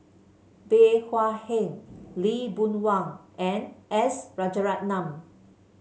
Bey Hua Heng Lee Boon Wang and S Rajaratnam